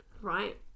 right